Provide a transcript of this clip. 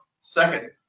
Second